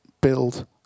build